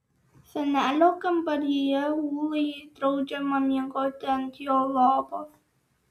senelio kambaryje ūlai draudžiama miegoti ant jo lovos